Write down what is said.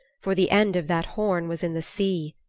for the end of that horn was in the sea,